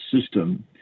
system